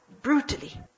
Brutally